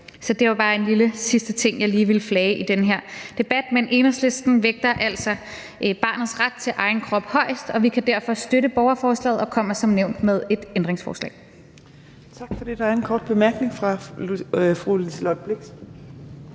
Så det var bare en lille sidste ting, jeg lige ville flage i den her debat. Men Enhedslisten vægter altså barnets ret til egen krop højest, og vi kan derfor støtte borgerforslaget og kommer som nævnt med et ændringsforslag. Kl. 14:37 Fjerde næstformand (Trine Torp): Tak for det. Der er en kort bemærkning fra fru Liselott Blixt.